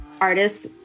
artists